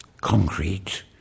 concrete